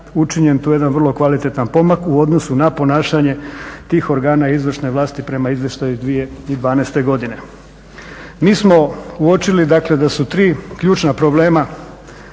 učinjen tu jedan vrlo kvalitetan pomak u odnosu na ponašanje tih organa izvršne vlasti prema izvještaju iz 2012.godine. Mi smo uočili da su tri ključna problema